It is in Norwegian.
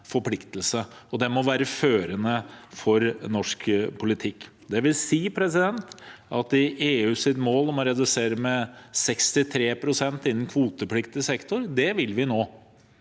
forpliktelse, og det må være førende for norsk politikk. Det vil si at EUs mål om å redusere med 63 pst. innen kvotepliktig sektor vil vi nå,